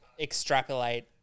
extrapolate